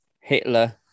Hitler